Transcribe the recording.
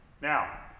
Now